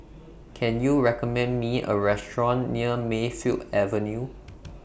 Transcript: Can YOU recommend Me A Restaurant near Mayfield Avenue